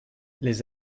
les